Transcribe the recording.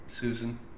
Susan